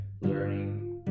learning